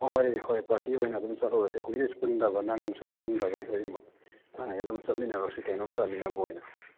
ꯍꯣꯏ ꯍꯣꯏ ꯄꯥꯔꯇꯤ ꯑꯣꯏꯅ ꯑꯗꯨꯝ ꯆꯠꯂꯨꯔꯁꯤ ꯀꯨꯏꯔꯦ ꯄꯨꯟꯗꯕ ꯅꯪꯁꯨ ꯄꯨꯟꯗꯕ ꯑꯩꯈꯣꯏ ꯑꯅꯤꯃꯛ ꯑꯗꯨꯝ ꯆꯠꯃꯤꯟꯅꯔꯨꯔꯁꯤ ꯀꯩꯅꯣꯝ ꯆꯥꯃꯤꯟꯅꯕ ꯑꯣꯏꯅ